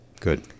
Good